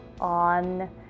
on